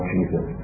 Jesus